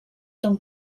ton